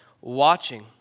watching